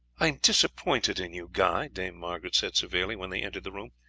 i am disappointed in you, guy, dame margaret said severely when they entered the room.